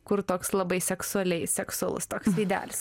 kur toks labai seksualiai seksualus veidelis